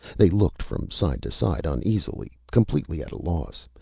they looked from side to side uneasily, completely at a loss,